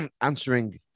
answering